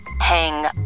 hang